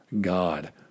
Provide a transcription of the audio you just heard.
God